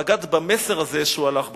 בגד במסר הזה שהוא הלך בו.